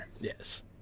Yes